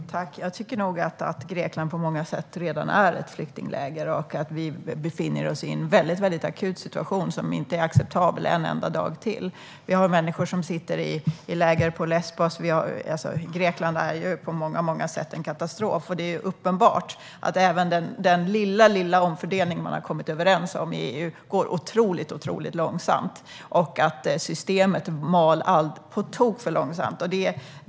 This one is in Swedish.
Herr talman! Jag tycker nog att Grekland på många sätt redan är ett flyktingläger och att vi befinner oss i en väldigt akut situation som inte är acceptabel en enda dag till. Vi har människor som sitter i läger på Lesbos. Grekland är på många sätt en katastrof och det är uppenbart att även den lilla, lilla omfördelning som man har kommit överens om i EU går otroligt långsamt. Systemet mal på tok för långsamt.